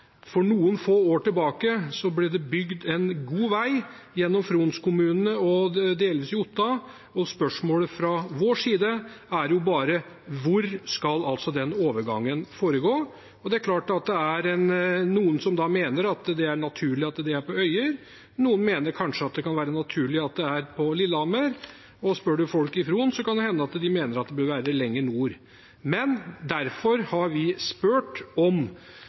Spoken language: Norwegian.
For noen få år tilbake ble det bygd en god vei gjennom Fron-kommunene og delvis i Otta. Spørsmålet fra vår side er bare: Hvor skal den overgangen foregå? Det er noen som mener at det er naturlig at det er på Øyer. Noen mener kanskje det kan være naturlig at det er på Lillehammer, og spør en folk i Fron, kan det hende at de mener det bør være lenger nord. Derfor har vi bedt om